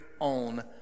own